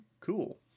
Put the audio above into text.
Cool